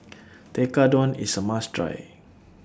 Tekkadon IS A must Try